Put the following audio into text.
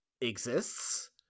exists